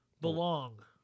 belong